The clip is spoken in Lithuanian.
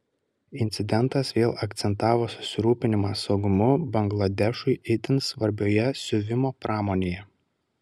incidentas vėl akcentavo susirūpinimą saugumu bangladešui itin svarbioje siuvimo pramonėje